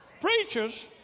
Preachers